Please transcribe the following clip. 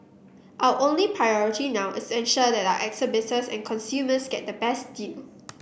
our only priority now is ensure that our exhibitors and consumers get the best deal